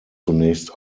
zunächst